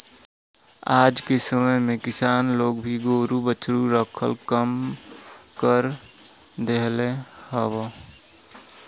आजके समय में अब किसान लोग भी गोरु बछरू रखल कम कर देहले हउव